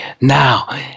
now